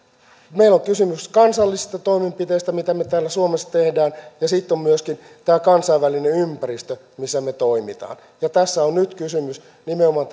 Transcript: on kysymys kansallisista toimenpiteistä mitä me täällä suomessa teemme ja sitten on myöskin tämä kansainvälinen ympäristö missä me toimimme ja tässä on nyt kysymys nimenomaan